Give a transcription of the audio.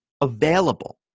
available